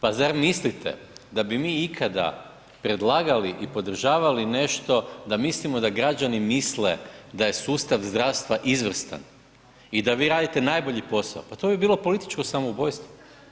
Pa zar mislite da bi mi ikada predlagali i podržavali nešto da mislimo da građani misle da je sustav zdravstva izvrstan i da vi radite najbolji posao, pa to bi bilo političko samoubojstvo.